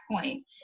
point